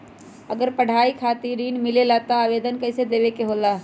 अगर पढ़ाई खातीर ऋण मिले ला त आवेदन कईसे देवे के होला?